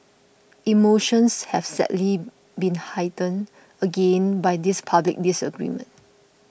emotions have sadly been heightened again by this public disagreement